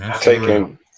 Taking